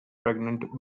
pregnant